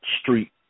street